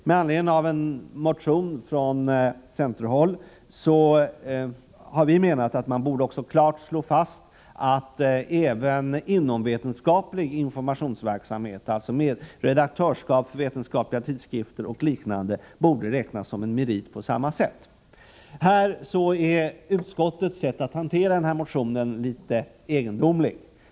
Med anledning härav har vi från centerhåll i en motion menat att man klart borde slå fast att även inomvetenskaplig informationsverksamhet, t.ex. redaktörskap för vetenskapliga tidskrifter och liknande, borde räknas som merit på samma sätt. Här är utskottets sätt att hantera motionen litet egendomligt.